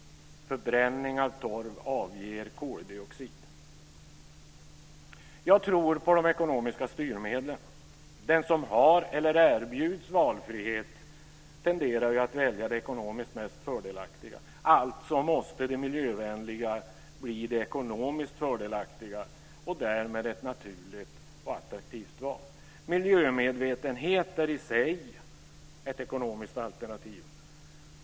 Förbränning av torv avger koldioxid. Jag tror på de ekonomiska styrmedlen. Den som har eller erbjuds valfrihet tenderar ju att välja det ekonomiskt mest fördelaktiga - alltså måste det miljövänliga bli det ekonomiskt fördelaktiga och därmed ett naturligt och attraktivt val. Miljömedvetenhet är i sig ett ekonomiskt alternativ.